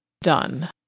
done